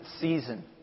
season